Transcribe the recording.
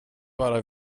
bara